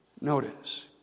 Notice